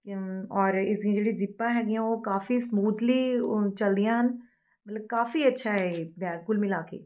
ਔਰ ਇਸ ਦੀਆਂ ਜਿਹੜੀਆਂ ਜ਼ਿੱਪਾਂ ਹੈਗੀਆਂ ਉਹ ਕਾਫੀ ਸਮੂਥਲੀ ਚੱਲਦੀਆਂ ਹਨ ਮਤਲਬ ਕਾਫੀ ਅੱਛਾ ਹੈ ਇਹ ਬੈਗ ਕੁੱਲ ਮਿਲਾ ਕੇ